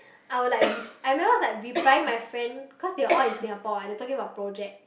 I will like rep~ I remember I was like replying my friend because they're all in Singapore and they talking about project